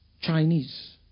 Chinese